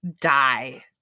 die